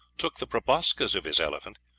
took the proboscis of his elephant,